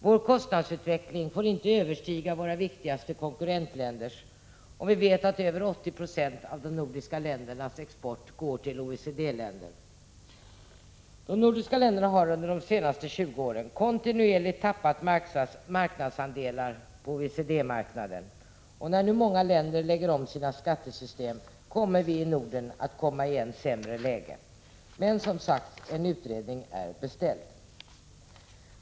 Vår kostnadsutveckling får inte överstiga våra viktigaste konkurrentländers, och vi vet att över 80 96 av de nordiska ländernas export går till OECD länderna. De nordiska länderna har under de senaste decennierna kontinuerligt tappat marknadsandelar på OECD-marknaden, och när nu många länder lägger om sina skattesystem, kommer vi i Norden i än sämre läge. Men, som sagt, en utredning är beställd.